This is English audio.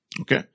Okay